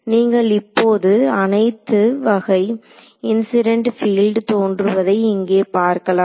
நீங்கள் இப்போது அனைத்து வகை இன்சிடென்ட் பீல்டு தோன்றுவதை இங்கே பார்க்கலாம்